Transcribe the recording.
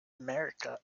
america